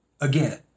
again